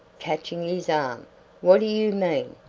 catching his arm what do you mean?